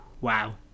wow